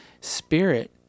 spirit